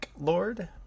Lord